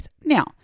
Now